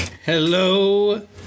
Hello